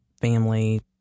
family